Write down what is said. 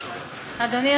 אדוני.